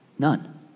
None